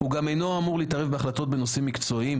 הוא גם אינו אמור להתערב בהחלטות בנושאים מקצועיים,